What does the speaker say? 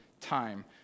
time